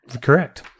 Correct